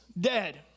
dead